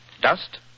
Dust